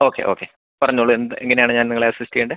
okay okay പറഞ്ഞോളൂ എന്ത് എങ്ങനെയാണ് ഞാൻ നിങ്ങളെ അസിസ്റ്റ് ചെയ്യേണ്ടത്